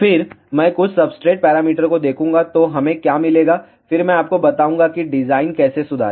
फिर मैं कुछ सब्सट्रेट पैरामीटर को देखूंगा तो हमें क्या मिलेगा फिर मैं आपको बताऊंगा कि डिजाइन कैसे सुधारें